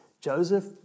Joseph